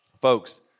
folks